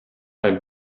i’m